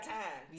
time